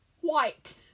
White